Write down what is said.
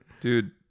Dude